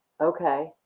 okay